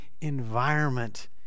environment